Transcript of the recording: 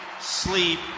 sleep